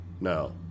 No